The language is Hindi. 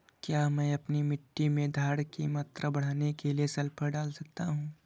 क्या मैं अपनी मिट्टी में धारण की मात्रा बढ़ाने के लिए सल्फर डाल सकता हूँ?